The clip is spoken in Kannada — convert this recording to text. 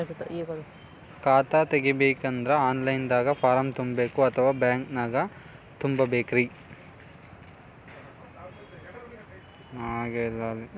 ಖಾತಾ ತೆಗಿಬೇಕಂದ್ರ ಆನ್ ಲೈನ್ ದಾಗ ಫಾರಂ ತುಂಬೇಕೊ ಅಥವಾ ಬ್ಯಾಂಕನ್ಯಾಗ ತುಂಬ ಬೇಕ್ರಿ?